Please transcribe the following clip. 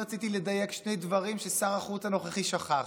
רק רציתי לדייק שני דברים ששר החוץ הנוכחי שכח: